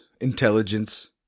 intelligence